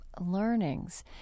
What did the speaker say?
learnings